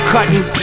Cutting